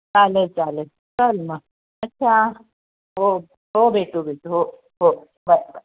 चालेल चालेल चल मग अच्छा हो हो भेटू भेटू हो हो बाय बाय